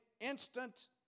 instant